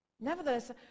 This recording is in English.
Nevertheless